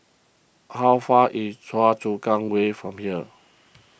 how far away is Choa Chu Kang Way from here